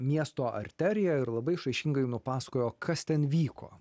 miesto arterija ir labai išraiškingai nupasakojo kas ten vyko